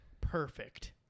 perfect